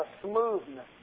smoothness